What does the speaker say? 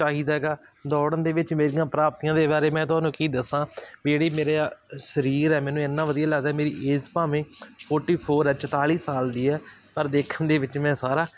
ਚਾਹੀਦਾ ਗਾ ਦੌੜਨ ਦੇ ਵਿੱਚ ਮੇਰੀਆਂ ਪ੍ਰਾਪਤੀਆਂ ਦੇ ਬਾਰੇ ਮੈਂ ਤੁਹਾਨੂੰ ਕੀ ਦੱਸਾਂ ਵੀ ਜਿਹੜੀ ਮੇਰੇ ਆ ਸਰੀਰ ਹੈ ਮੈਨੂੰ ਇੰਨਾ ਵਧੀਆ ਲੱਗਦਾ ਮੇਰੀ ਏਜ਼ ਭਾਵੇਂ ਫੋਰਟੀ ਫੋਰ ਹੈ ਚੁਤਾਲੀ ਸਾਲ ਦੀ ਹੈ ਪਰ ਦੇਖਣ ਦੇ ਵਿੱਚ ਮੈਂ ਸਾਰਾ